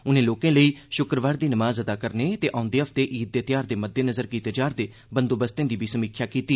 उनें लोकें लेई शुक्रवार दी नमाज अदा करने ते औंदे हफ्ते ईद दे ध्यार दे मद्देनज़र कीते जा'रदे बंदोबस्तें दा बी जायजा लैता